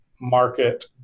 market